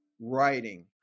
Writing